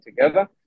together